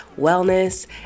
wellness